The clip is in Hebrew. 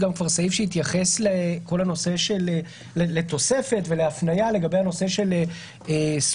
סעיף שהתייחס לתוספת ולהפניה לגבי סוגים